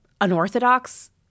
unorthodox